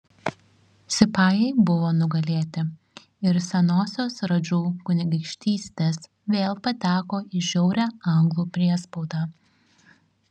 sipajai buvo nugalėti ir senosios radžų kunigaikštystės vėl pateko į žiaurią anglų priespaudą